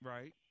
Right